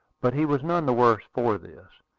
but he was none the worse for this.